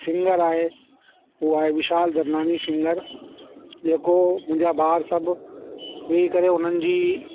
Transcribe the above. singer आहे हू आहे विशाल ददलानी सिंगर जेको मुंहिंजा ॿार सभ वेई करे हुननि जी